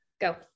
go